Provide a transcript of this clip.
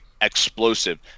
explosive